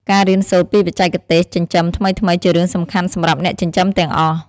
ការរៀនសូត្រពីបច្ចេកទេសចិញ្ចឹមថ្មីៗជារឿងសំខាន់សម្រាប់អ្នកចិញ្ចឹមទាំងអស់។